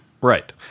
Right